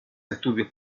estudios